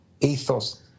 ethos